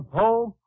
home